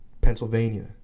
Pennsylvania